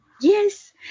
Yes